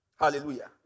Hallelujah